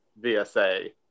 VSA